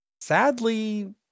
sadly